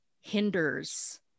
hinders